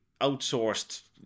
outsourced